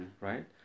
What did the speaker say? right